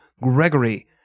Gregory